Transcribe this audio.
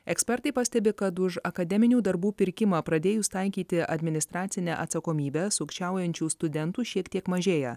ekspertai pastebi kad už akademinių darbų pirkimą pradėjus taikyti administracinę atsakomybę sukčiaujančių studentų šiek tiek mažėja